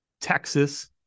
Texas